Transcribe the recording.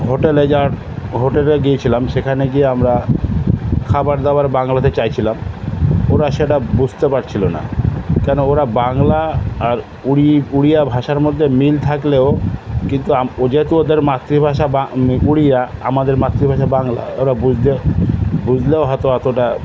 হোটেলে যাওয়ার হোটেলে গিয়েছিলাম সেখানে গিয়ে আমরা খাবার দাবার বাংলাতে চাইছিলাম ওরা সেটা বুঝতে পারছিল না কেন ওরা বাংলা আর উড়িয়া ভাষার মধ্যে মিল থাকলেও কিন্তু যেহেতু ওদের মাতৃভাষা উড়িয়া আমাদের মাতৃভাষা বাংলা ওরা বুঝতে বুঝলেও হয়তো অতটা